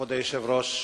כבוד היושב-ראש,